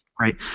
Right